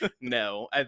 No